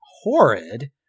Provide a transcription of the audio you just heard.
horrid